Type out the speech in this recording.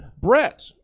Brett